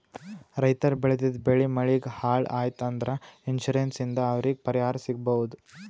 ರೈತರ್ ಬೆಳೆದಿದ್ದ್ ಬೆಳಿ ಮಳಿಗ್ ಹಾಳ್ ಆಯ್ತ್ ಅಂದ್ರ ಇನ್ಶೂರೆನ್ಸ್ ಇಂದ್ ಅವ್ರಿಗ್ ಪರಿಹಾರ್ ಸಿಗ್ಬಹುದ್